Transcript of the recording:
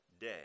day